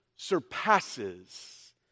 surpasses